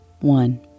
One